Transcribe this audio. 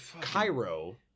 Cairo